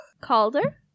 Calder